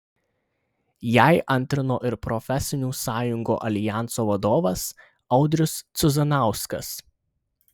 jai antrino ir profesinių sąjungų aljanso vadovas audrius cuzanauskas